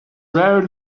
very